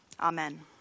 Amen